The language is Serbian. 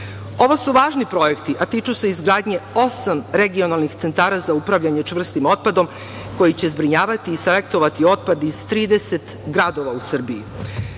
Ovo su važni projekti, a tiču se izgradnje osam regionalnih centara za upravljanje čvrstim otpadom koji će zbrinjavati i selektovati otpad iz 30 gradova u